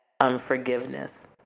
unforgiveness